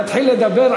תתחיל לדבר,